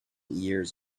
years